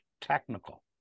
technical